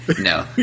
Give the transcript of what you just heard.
no